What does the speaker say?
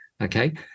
Okay